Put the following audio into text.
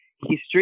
history